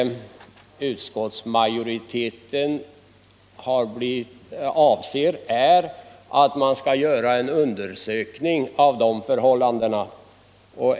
Utskottsmajoriteten anser att man skall göra en utredning av dessa förhållanden.